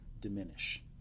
diminish